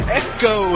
echo